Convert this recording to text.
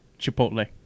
chipotle